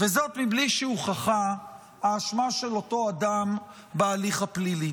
-- וזאת מבלי שהוכחה האשמה של אותו אדם בהליך הפלילי.